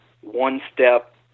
one-step